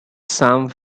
some